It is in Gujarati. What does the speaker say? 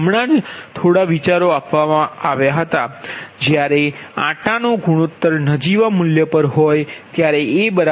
હમણાં જ થોડા વિચારો આપવામાં આવ્યા હતા જ્યારે આંટા નો ગુણોત્તર નજીવા મૂલ્ય પર હોય ત્યારે a 1